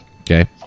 Okay